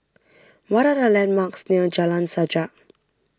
what are the landmarks near Jalan Sajak